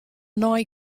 nei